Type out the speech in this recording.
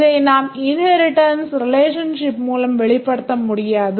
இதை நாம் inheritance relationship மூலம் வெளிப்படுத்த முடியாது